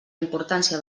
importància